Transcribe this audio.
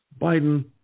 Biden